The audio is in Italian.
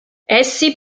essi